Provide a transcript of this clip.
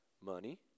money